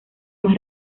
más